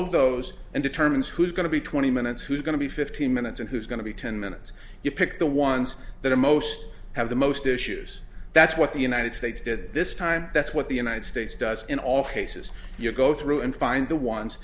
of those and determines who's going to be twenty minutes who's going to be fifteen minutes and who's going to be ten minutes you pick the ones that are most have the most issues that's what the united states did this time that's what the united states does in all cases you go through and find the ones